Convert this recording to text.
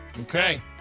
Okay